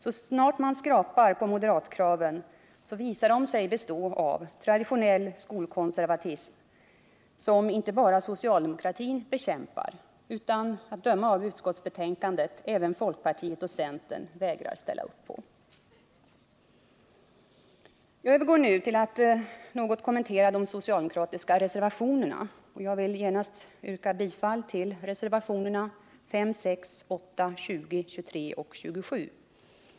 Så snart man skrapar på moderatkraven visar de sig bestå av traditionell skolkonservatism, som inte bara socialdemokratin bekämpar utan — att döma av utskottsbetänkandet — även folkpartiet och centern vägrar att ställa upp på. Jag övergår nu till att något kommentera de socialdemokratiska reservationerna. Jag vill genast yrka bifall till reservationerna 5, 6, 8, 20, 23 och 27.